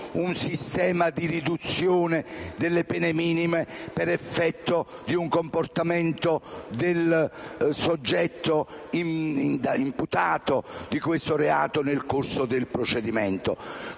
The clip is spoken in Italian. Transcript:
un sistema di riduzione delle pene minime per effetto di un comportamento del soggetto imputato di questo reato nel corso del procedimento.